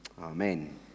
amen